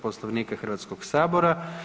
Poslovnika Hrvatskoga sabora.